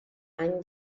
any